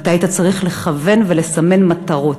ואתה היית צריך לכוון ולסמן מטרות.